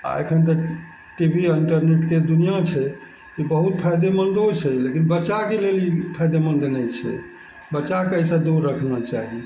आओर एखन तऽ टी वी आओर इन्टरनेटके दुनिआँ छै ई बहुत फायदेमन्दो छै लेकिन बच्चाके लेल ई फायदेमन्द नहि छै बच्चाके अइसँ दूर रखना चाही